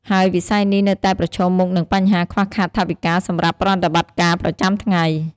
ហើយវិស័យនេះនៅតែប្រឈមមុខនឹងបញ្ហាខ្វះខាតថវិកាសម្រាប់ប្រតិបត្តិការប្រចាំថ្ងៃ។